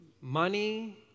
Money